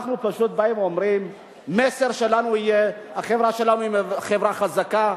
אנחנו פשוט אומרים שהמסר שלנו הוא שהחברה שלנו היא חברה חזקה,